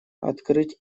открыть